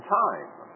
time